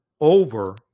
over